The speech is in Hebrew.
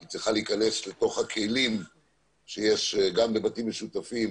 היא צריכה להיכנס לכלים שיש גם בבתים משותפים